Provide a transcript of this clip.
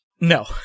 No